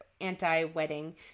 anti-wedding